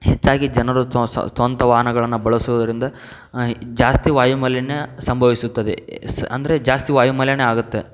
ಹೆಚ್ಚಾಗಿ ಜನರು ಸ್ವಂತ ವಾಹನಗಳನ್ನು ಬಳಸುವುದರಿಂದ ಜಾಸ್ತಿ ವಾಯು ಮಾಲಿನ್ಯ ಸಂಭವಿಸುತ್ತದೆ ಸ್ ಅಂದರೆ ಜಾಸ್ತಿ ವಾಯು ಮಾಲಿನ್ಯ ಆಗುತ್ತೆ